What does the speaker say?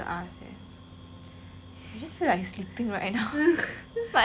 I just feel like sleeping right now that's like what